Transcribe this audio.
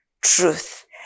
truth